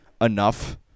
enough